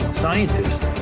scientists